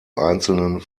einzelnen